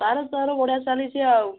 ତା'ର ତୋର ବଢ଼ିଆ ଚାଲିଛି ଆଉ